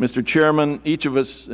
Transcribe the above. mister chairman each of us